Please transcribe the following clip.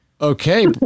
okay